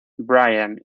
brian